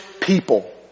people